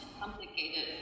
complicated